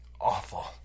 Awful